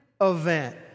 event